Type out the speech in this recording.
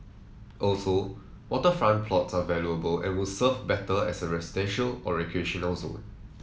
also waterfront plots are valuable and would serve better as a residential or recreational zone